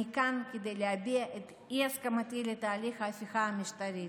אני כאן כדי להביע את אי-הסכמתי לתהליך ההפיכה המשטרית.